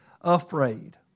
afraid